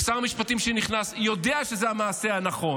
שר המשפטים, שנכנס, יודע שזה המעשה הנכון,